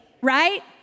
right